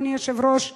אדוני היושב-ראש,